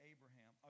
Abraham